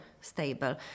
stable